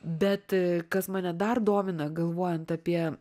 bet kas mane dar domina galvojant apie